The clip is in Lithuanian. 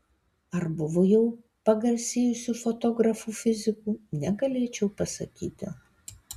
ar buvo jau pagarsėjusių fotografų fizikų negalėčiau pasakyti